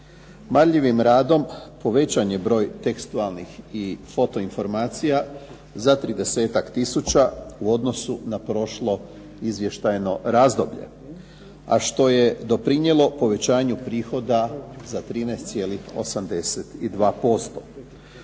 Marljivim radom povećan je broj tekstualnih i foto informacija za 30-ak tisuća u odnosu na prošlo izvještajno razdoblje, a što je doprinijelo povećanju prihoda za 13,82%.